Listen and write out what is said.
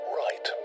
right